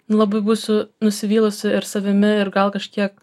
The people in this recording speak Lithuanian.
labai būsiu nusivylusi ir savimi ir gal kažkiek